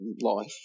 life